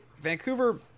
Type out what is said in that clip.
vancouver